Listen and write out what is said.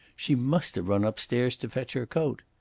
she must have run upstairs to fetch her coat.